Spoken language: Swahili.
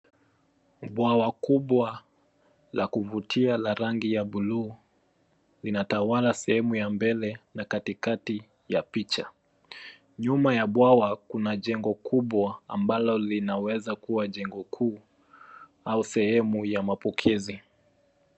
Bwawa kubwa la kuvuti la rangi ya buluu inatawala sehemu ya mbele na katikati ya picha. Nyuma ya bwawa kuna jengo kubwa ambalo linaweza kuwa jengo kuu au sehemu ya mapokezi.